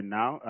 now